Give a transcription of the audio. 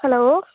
hello